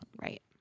Right